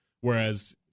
Whereas